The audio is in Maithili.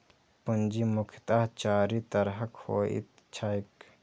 पूंजी मुख्यतः चारि तरहक होइत छैक